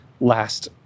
last